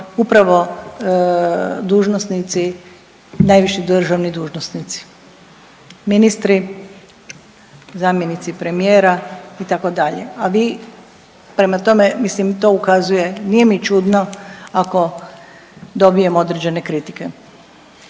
upravo dužnosnici, najviši državni dužnosnici ministri, zamjenici premijera itd. A vi prema tome, mislim to ukazuje. Nije mi čudno ako dobijem određene kritike.